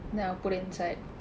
then I'll put inside